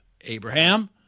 Abraham